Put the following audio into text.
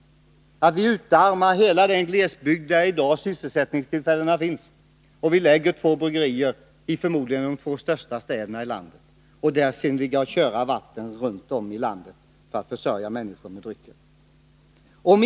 Skall vi utarma den glesbygd där sysselsättningstillfällena i dag finns, förlägga två bryggerier till — förmodligen — de två största städerna i landet och sedan ligga och ”köra vatten” runt om i landet för att försörja människor med drycker?